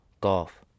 Golf